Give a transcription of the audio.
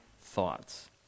thoughts